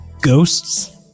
Ghosts